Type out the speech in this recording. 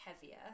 heavier